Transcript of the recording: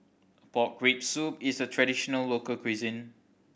pork rib soup is a traditional local cuisine